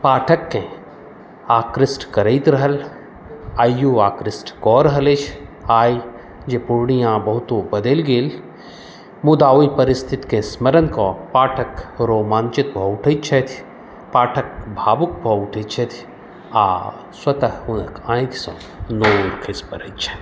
पाठककेँ आकृष्ट करैत रहल आइयो आकृष्ट कऽ रहल अछि आइ जे पूर्णिया बहुतो बदलि गेल मुदा ओहि परिस्थितिके स्मरण कऽ पाठक रोमाञ्चित भऽ उठै छथि पाठक भावुक भऽ उठै छथि आ स्वतः हुनक आँखिसँ नोर खसि पड़ै छनि